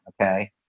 okay